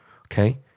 Okay